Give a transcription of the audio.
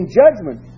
judgment